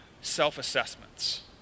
self-assessments